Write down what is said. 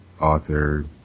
author